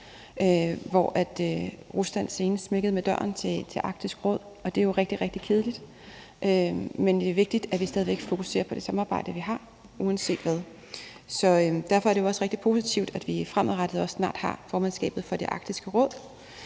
hvor Rusland senest smækkede med døren til Arktisk Råd, og det er jo rigtig, rigtig kedeligt. Men det er vigtigt, at vi stadig væk fokuserer på det samarbejde, vi har, uanset hvad. Derfor er det også rigtig positivt, at vi fremadrettet også snart har formandskabet for Arktisk Råd,